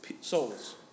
souls